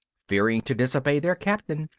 fearing to disobey their captain,